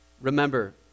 Remember